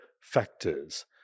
factors